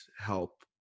help